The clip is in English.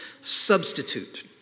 Substitute